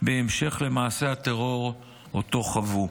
בהמשך למעשה הטרור שחוו.